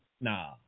Nah